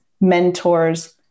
mentors